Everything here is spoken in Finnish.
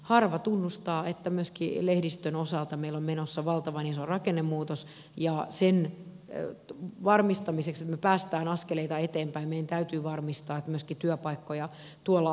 harva tunnustaa että myöskin lehdistön osalta meillä on menossa valtavan iso rakennemuutos ja sen varmistamiseksi että me pääsemme askeleita eteenpäin meidän täytyy varmistaa että myöskin työpaikkoja tuolla alueella on